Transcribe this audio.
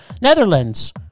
Netherlands